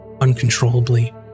uncontrollably